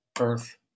earth